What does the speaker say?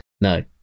No